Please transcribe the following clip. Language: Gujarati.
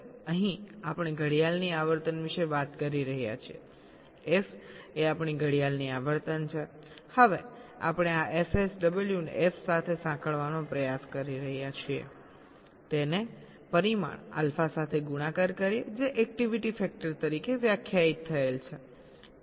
હવે અહીં આપણે ઘડિયાળની આવર્તન વિશે વાત કરી રહ્યા છીએ f એ આપણી ઘડિયાળની આવર્તન છે હવે આપણે આ fSW ને f સાથે સાંકળવાનો પ્રયાસ કરી રહ્યા છીએ તેને પરિમાણ આલ્ફા સાથે ગુણાકાર કરીએ જે એક્ટિવિટી ફેક્ટર તરીકે વ્યાખ્યાયિત થયેલ છે